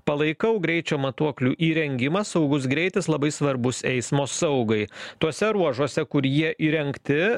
palaikau greičio matuoklių įrengimą saugus greitis labai svarbus eismo saugai tuose ruožuose kur jie įrengti